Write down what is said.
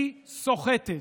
היא סוחטת.